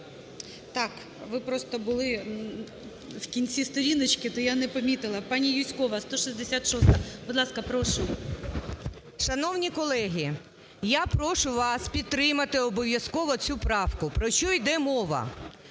так, ви просто були в кінці сторіночки, то я не помітила. Пані Юзькова, 166-а. Будь ласка, прошу. 13:06:05 ЮЗЬКОВА Т.Л. Шановні колеги, я прошу вас підтримати обов'язково цю правку. Про що йде мова.